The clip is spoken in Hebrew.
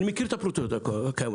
אני מכיר את הפרוצדורות, הכל.